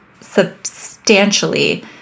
substantially